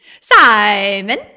Simon